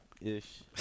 ish